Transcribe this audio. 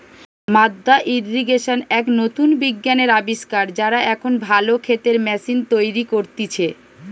মাদ্দা ইর্রিগেশন এক নতুন বিজ্ঞানের আবিষ্কার, যারা এখন ভালো ক্ষেতের ম্যাশিন তৈরী করতিছে